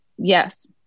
Yes